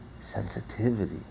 sensitivity